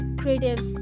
creative